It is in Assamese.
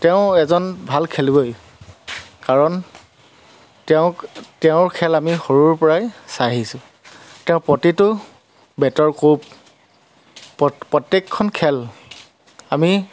তেওঁ এজন ভাল খেলুৱৈ কাৰণ তেওঁক তেওঁৰ খেল আমি সৰুৰ পৰাই চাই আহিছোঁ তেওঁ প্ৰতিটো বেটৰ কোব প প্ৰত্যেকখন খেল আমি